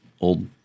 old